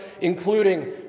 including